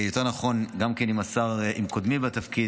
יותר נכון, גם כן עם קודמי בתפקיד,